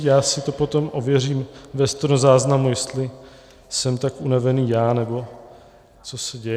Já si to potom ověřím ve stenozáznamu, jestli jsem tak unavený já, nebo co se děje.